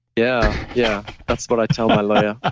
yeah. yeah. that's what i tell my lawyer.